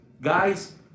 guys